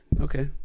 Okay